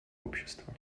общества